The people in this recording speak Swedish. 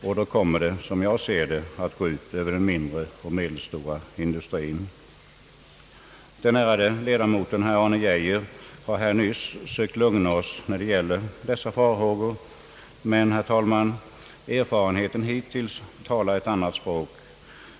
Detta kommer då, såsom jag ser det, att gå ut över den mindre och medelstora industrin. Den ärade ledamoten herr Arne Geijer har här nyss sökt lugna oss när det gäller dessa farhågor, men, herr talman, erfarenheten hittills talar ett annat språk.